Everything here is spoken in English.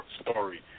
story